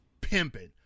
pimping